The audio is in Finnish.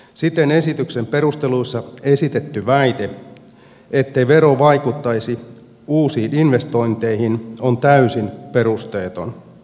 siten esityksen perusteluissa esitetty väite ettei vero vaikuttaisi uusiin investointeihin on täysin perusteeton